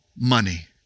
money